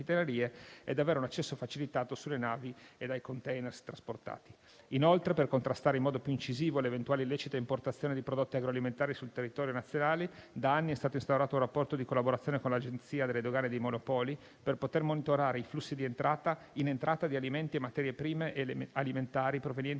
capitanerie ed avere un accesso facilitato sulle navi e ai *containers* trasportati. Inoltre, per contrastare in modo più incisivo l'eventuale illecita importazione di prodotti agroalimentari sul territorio nazionale, da anni è stato instaurato un rapporto di collaborazione con l'Agenzia delle dogane e dei monopoli, per poter monitorare i flussi in entrata di alimenti e materie prime alimentari provenienti